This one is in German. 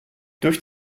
durch